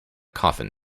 coffin